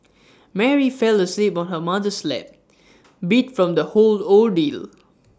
Mary fell asleep on her mother's lap beat from the whole ordeal